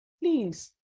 Please